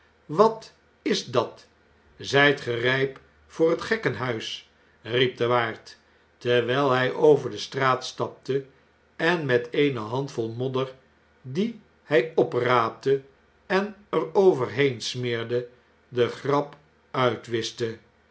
wat is dat zjjt ge rjjp voor het gekkenhuis riep de waard terwijl hij over de straat stapte en met eene handvol modder die hij opraapte en er overheen smeerde de grapuitwischte